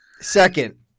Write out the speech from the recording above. Second